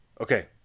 okay